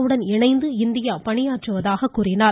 வுடன் இணைந்து இந்தியா பணியாற்றுவதாக கூறினார்